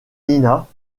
nina